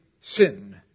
sin